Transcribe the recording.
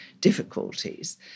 difficulties